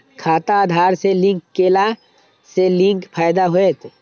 खाता आधार से लिंक केला से कि फायदा होयत?